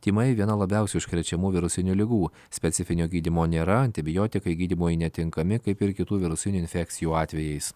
tymai viena labiausiai užkrečiamų virusinių ligų specifinio gydymo nėra antibiotikai gydymui netinkami kaip ir kitų virusinių infekcijų atvejais